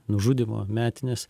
nužudymo metinės